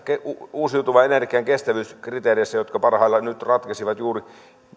uusiutuvan energian kestävyyskriteereistä jotka parhaillaan juuri nyt ratkesivat